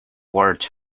words